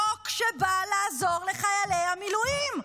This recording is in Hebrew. חוק שבא לעזור לחיילי המילואים.